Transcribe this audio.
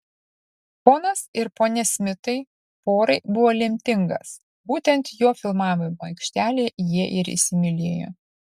ponas ir ponia smitai porai buvo lemtingas būtent jo filmavimo aikštelėje jie ir įsimylėjo